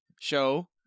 show